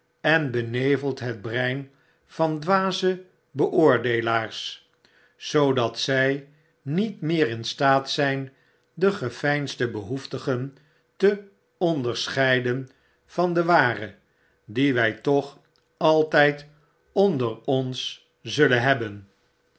en benevelt het brein van dwaze beoordeelaars zoodat zy niet meer in staat zyn de geveinsde behoeftigen te onderscheiden van de ware die wy toch altyd onder ons zullen hebben